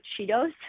Cheetos